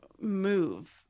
move